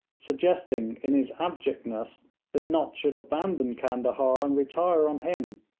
suggesting in his abjectness that nott should abandon candahar and retire on him.